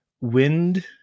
wind